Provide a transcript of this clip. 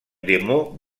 démo